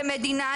כמדינה,